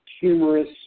humorous